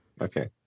Okay